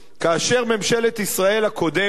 כאשר ממשלת ישראל הקודמת